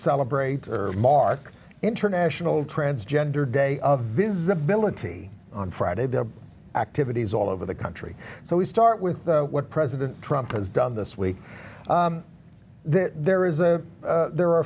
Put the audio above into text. celebrate mark international transgender day of visibility on friday the activities all over the country so we start with what president trump has done this week that there is a there are